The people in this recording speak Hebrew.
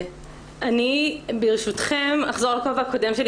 אני ברשותכם אחזור לכובע הקודם שלי